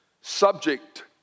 subject